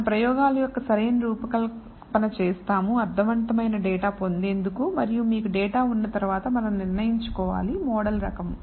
మనం ప్రయోగాల యొక్క సరైన రూపకల్పన చేస్తాము అర్ధవంతమైన డేటా పొందేందుకు మరియు మీకు డేటా ఉన్న తర్వాత మనం నిర్ణయించుకోవాలి మోడల్ రకం